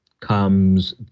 comes